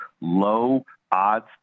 low-odds